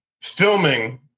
filming